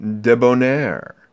debonair